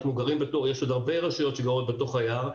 יש עוד הרבה רשויות שגרות בתוך היער,